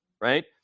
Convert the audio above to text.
right